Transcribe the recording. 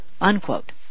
unquote